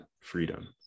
freedom